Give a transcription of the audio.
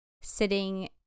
sitting